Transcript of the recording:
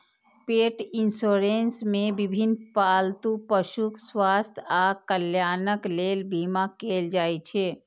पेट इंश्योरेंस मे विभिन्न पालतू पशुक स्वास्थ्य आ कल्याणक लेल बीमा कैल जाइ छै